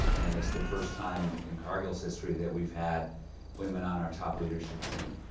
and it's the first time in cargill's history that we've had women on our top leadership team.